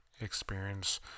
experience